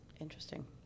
Interesting